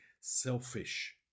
selfish